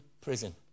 prison